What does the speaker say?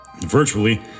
Virtually